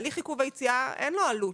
הליך עיכוב היציאה אין לו עלות.